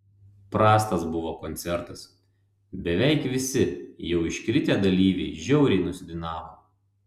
prastas buvo koncertas beveik visi jau iškritę dalyviai žiauriai nusidainavo